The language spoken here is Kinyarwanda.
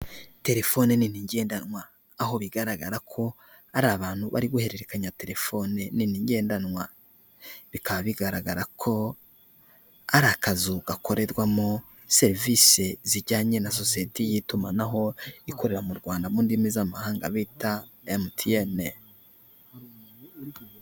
Telefone nini ngendanwa, aho bigaragara ko ari abantu bari guhererekanya telefone nini ngendanwa, bikaba bigaragara ko ari akazu gakorerwamo serivisi zijyanye na sosiyete y'itumanaho ikorera mu Rwanda, mu ndimi z'amahanga bita MTN.